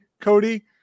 Cody